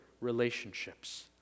relationships